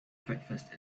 breakfast